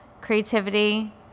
Creativity